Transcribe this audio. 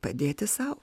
padėti sau